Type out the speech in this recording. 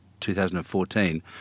2014